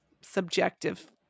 subjective